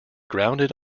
grounded